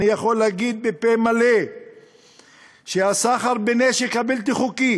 אני יכול להגיד בפה מלא שהסחר בנשק הבלתי-חוקי